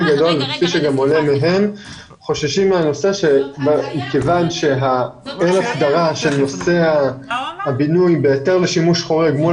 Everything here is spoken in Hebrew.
הם חוששים מהנושא מכיוון שכל הסדרה של נושא הבינוי בהתאם לשימוש חורג מול